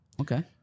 Okay